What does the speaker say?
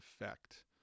effect